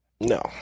No